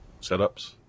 setups